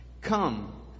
Come